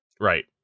Right